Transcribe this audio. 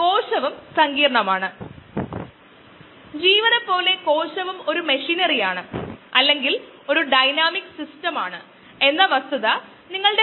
ഒരു ലിറ്ററിന് ഗ്രാമിലെ മൊത്തം കോശങ്ങളുടെ സാന്ദ്രത y ആക്സിസിൽ ആണ് വളർച്ചയുടെ സമയം x ആക്സിസിലും